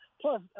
Plus